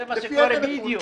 בדיוק.